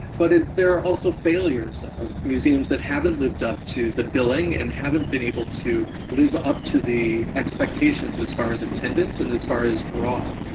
but ah there are also failures of museums that haven't lived up to the billing and haven't been able to live up to the expectations as far as attendance and as far as draw.